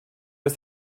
ist